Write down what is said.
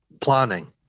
planning